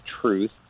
truth